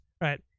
right